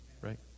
right